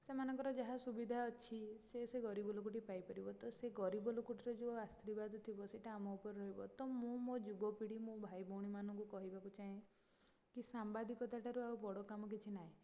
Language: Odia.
ସେମାନଙ୍କର ଯାହା ସୁବିଧା ଅଛି ସେ ସେ ଗରିବ ଲୋକଟି ପାଇପାରିବ ତ ସେହି ଗରିବ ଲୋକଟିର ଯେଉଁ ଆଶୀର୍ବାଦ ଥିବ ସେଇଟା ଆମ ଉପରେ ରହିବ ତ ମୁଁ ମୋ ଯୁବପିଢ଼ି ମୋ ଭାଇ ଭଉଣୀମାନଙ୍କୁ କହିବାକୁ ଚାହେଁ କି ସାମ୍ବାଦିକତା ଠାରୁ ଆଉ ବଡ଼ କାମ କିଛି ନାହିଁ